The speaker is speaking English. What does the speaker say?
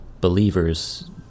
believers